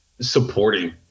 supporting